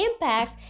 impact